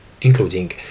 including